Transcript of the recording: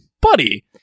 buddy